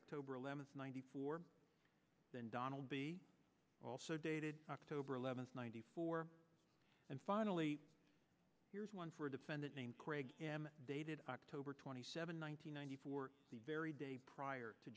october eleventh ninety four than donald b also dated october eleventh ninety four and finally here's one for a defendant named craig dated october twenty seventh one thousand nine hundred four the very day prior to